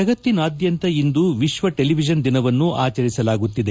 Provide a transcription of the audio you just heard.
ಜಗತ್ತಿನಾದ್ಯಂತ ಇಂದು ವಿಶ್ವ ಟೆಲಿವಿಷನ್ ದಿನವನ್ನು ಆಚರಿಸಲಾಗುತ್ತಿದೆ